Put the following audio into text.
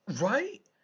Right